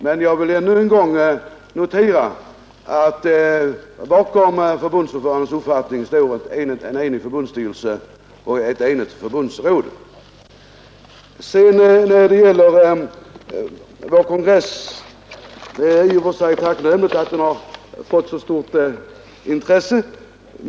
Men jag vill ännu en gång erinra om att bakom förbundsordförandens uppfattning stod en enig förbundsstyrelse och ett enigt förbundsråd. I vad sedan gäller vår kongress är det i och för sig tacknämligt att vad som där förekom har väckt så stort intresse.